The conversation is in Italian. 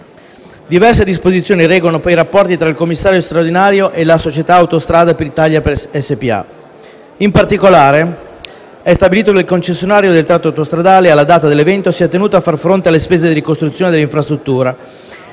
Diverse disposizioni regolano poi i rapporti tra il commissario straordinario e la società Autostrade per l’Italia SpA. In particolare, è stabilito che il concessionario del tratto autostradale, alla data dell’evento, sia tenuto a far fronte alle spese di ricostruzione dell’infrastruttura